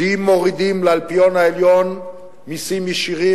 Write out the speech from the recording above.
שאם מורידים לאלפיון העליון מסים ישירים,